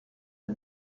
iti